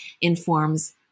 informs